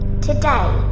Today